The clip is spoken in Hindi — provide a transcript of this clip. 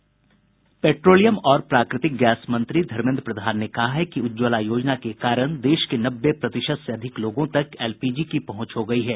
पेट्रोलियम और प्राकृतिक गैस मंत्री धर्मेद्र प्रधान ने कहा है कि उज्ज्वला योजना के कारण देश के नब्बे प्रतिशत से अधिक लोगों तक एलपीजी की पहुंच हो गई है